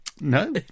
No